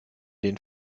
den